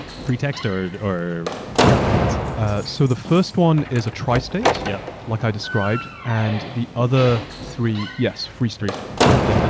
free text or or drop downs? and so the first one is a tristate yeah like i described and the other three, yes, free street, free text, yeah ah